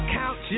count